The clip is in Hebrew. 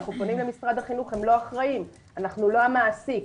אנחנו פונים למשרד החינוך והם לא אחראיים "אנחנו לא המעסיק".